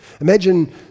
Imagine